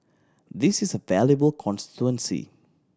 this is a valuable constituency